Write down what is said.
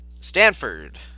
Stanford